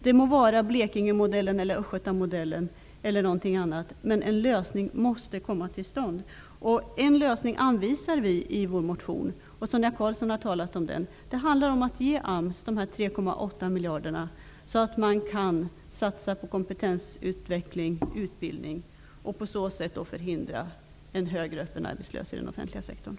Det må vara Blekingemodellen eller Östgötamodellen eller någonting annat, men en lösning måste komma till stånd. En lösning anvisar vi i vår motion, och Sonia Karlsson har talat om den. Det handlar om att ge AMS de 3,8 miljarderna så att man kan satsa på kompetensutveckling och utbildning och på så sätt förhindra en högre öppen arbetslöshet i den offentliga sektorn.